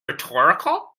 rhetorical